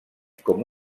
com